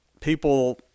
people